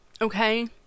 Okay